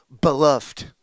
beloved